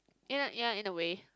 ya ya in a way